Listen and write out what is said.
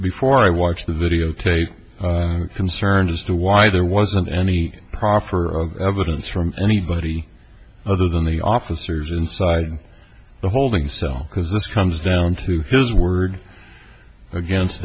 before i watched the video tape concerned as to why there wasn't any proper of evidence from anybody other than the officers inside the holding cell because this comes down to his word against